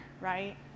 right